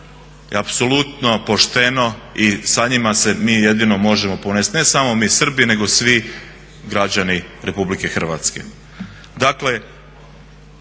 i apsolutno pošteno i sa njima se mi jedino možemo ponesti, ne samo mi Srbi nego svi građani Republike Hrvatske. Dakle